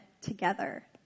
together